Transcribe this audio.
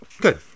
Good